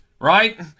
Right